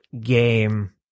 game